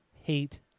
hate